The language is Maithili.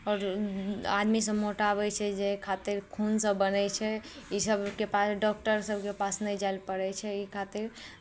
आओर आदमीसभ मोटाबै छै जाहि खातिर खूनसभ बनै छै इसभके पास डॉक्टर सभके पास नहि जाइ लए पड़ै छै ई खातिर